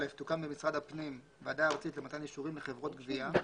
330יא. (א) תוקם במשרד הפנים ועדה ארצית למתן אישורים לחברות גבייה,